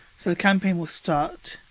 so the campaign will start.